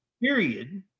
Period